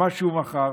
ממה שהוא רכל,